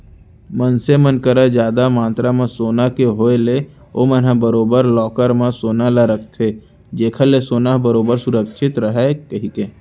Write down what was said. मनसे मन करा जादा मातरा म सोना के होय ले ओमन ह बरोबर लॉकर म सोना ल रखथे जेखर ले सोना ह बरोबर सुरक्छित रहय कहिके